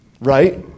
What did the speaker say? right